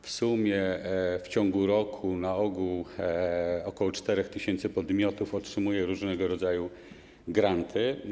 W sumie w ciągu roku na ogół ok. 4 tys. podmiotów otrzymuje różnego rodzaju granty.